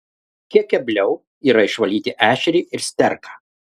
kiek kebliau yra išvalyti ešerį ir sterką